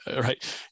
right